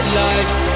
life